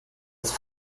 ist